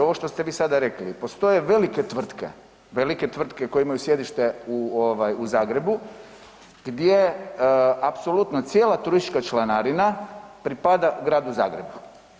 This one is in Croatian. Ovo što ste vi sada rekli, postoje velike tvrtke, velike tvrtke koje imaju sjedište u ovaj u Zagrebu gdje apsolutno cijela turistička članarina pripada Gradu Zagrebu.